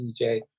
DJ